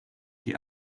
die